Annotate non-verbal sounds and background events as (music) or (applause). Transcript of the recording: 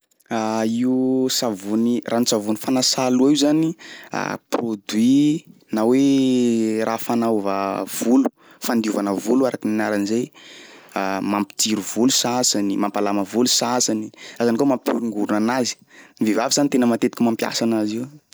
(hesitation) Io savony ranon-tsavony fanasà loha io zany (hesitation) produit na hoe (hesitation) raha fanaova volo, fandiovana volo araky ny anarany zay: (hesitation) mampitiry volo sasany, mampalama volo sasany, sasany koa mampihoringorina anazy. Ny vehivavy zany tena matetika mampiasa anazy io e.